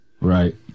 Right